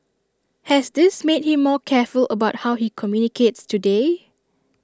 has this made him more careful about how he communicates today